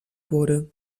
wurde